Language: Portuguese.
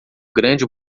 grande